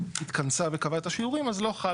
התכנסה וקבעה את השיעורים אז לא חל.